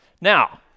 Now